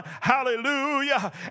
Hallelujah